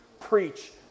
Preach